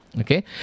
Okay